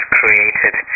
created